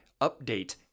update